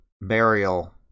burial